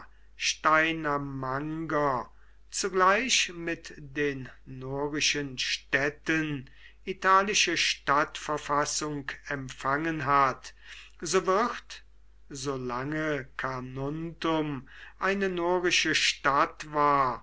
savaria steinamanger zugleich mit den norischen städten italische stadtverfassung empfangen hat so wird solange carnuntum eine norische stadt war